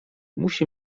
musi